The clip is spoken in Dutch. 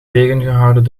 tegengehouden